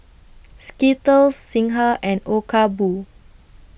Skittles Singha and Obaku